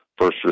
first